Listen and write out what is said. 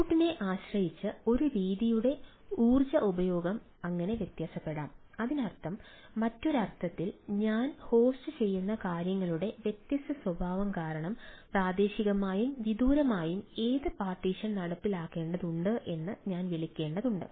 ഇൻപുട്ടിനെ ആശ്രയിച്ച് ഒരു രീതിയുടെ ഊർജ്ജ ഉപഭോഗം അങ്ങനെ വ്യത്യാസപ്പെടാം അതിനർത്ഥം മറ്റൊരു അർത്ഥത്തിൽ ഞാൻ ഹോസ്റ്റുചെയ്യുന്ന കാര്യങ്ങളുടെ വ്യത്യസ്ത സ്വഭാവം കാരണം പ്രാദേശികമായും വിദൂരമായും ഏത് പാർട്ടീഷൻ നടപ്പിലാക്കേണ്ടതുണ്ട് എന്ന് ഞാൻ വിളിക്കേണ്ടതുണ്ട്